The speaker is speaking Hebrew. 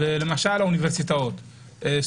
למשל אוניברסיטאות.